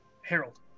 Harold